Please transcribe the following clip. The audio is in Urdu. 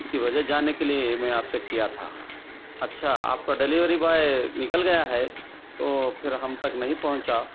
اس کی وجہ جاننے کے لیے میں آپ سے کیا تھا اچھا آپ کا ڈلیوری بوائے نکل گیا ہے تو پھر ہم تک نہیں پہنچا